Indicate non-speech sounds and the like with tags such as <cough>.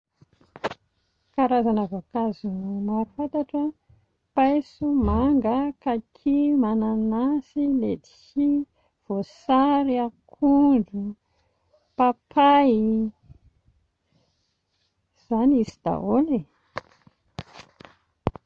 <noise> Karazana voankazo maro fantatro a: paiso, manga, kaki, mananasy, ledsi, voasary, akondro, papay, <silence> Izany izy dahôly e. <noise>